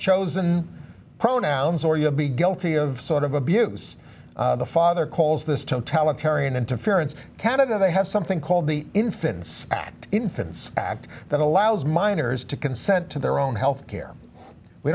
chosen pronouns or you'll be guilty of sort of abuse the father calls this totalitarian interference canada they have something called the infants infants act that allows minors to consent to their own health care we